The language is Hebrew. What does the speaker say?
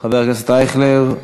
חבר הכנסת אייכלר?